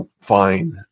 fine